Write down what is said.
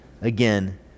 again